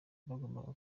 bagombaga